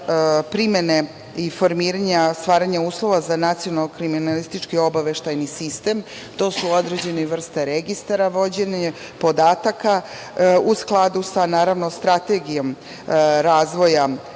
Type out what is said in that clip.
primene i formiranja, stvaranja uslova za nacionalni kriminalistički obaveštajni sistem. To su određene vrste registara, vođenje podataka u skladu, naravno, sa Strategijom razvoja. Kada